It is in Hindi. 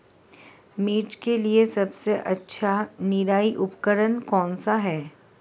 मिर्च के लिए सबसे अच्छा निराई उपकरण कौनसा है?